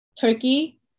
Turkey